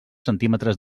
centímetres